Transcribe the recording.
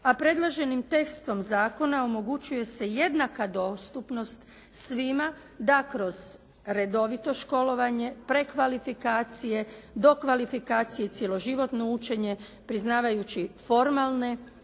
a predloženim testom zakona omogućuje se jednaka dostupnost svima da kroz redovito školovanje, prekvalifikacije, dokvalifikacije i cjeloživotno učenje priznavajući formalne,